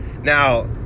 Now